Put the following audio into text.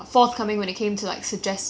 um